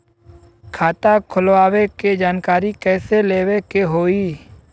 खाता खोलवावे के जानकारी कैसे लेवे के होई?